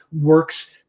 works